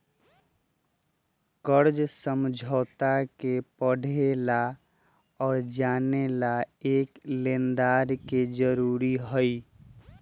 कर्ज समझौता के पढ़े ला और जाने ला एक लेनदार के जरूरी हई